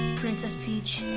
princess peach.